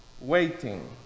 waiting